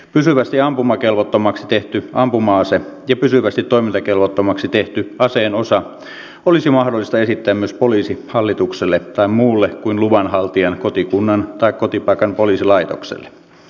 pysyvästi ampumakelvottomaksi tehty ampuma ase ja pysyvästi toimintakelvottomaksi tehty aseen osa olisi mahdollista esittää myös poliisihallitukselle tai muulle kuin luvanhaltijan kotikunnan tai kotipaikan poliisilaitokselle